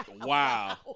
Wow